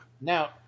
Now